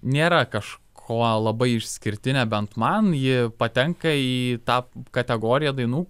nėra kažkuo labai išskirtinė bent man ji patenka į tą kategoriją dainų